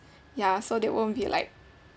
ya so they won't be like